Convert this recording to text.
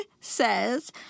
says